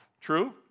True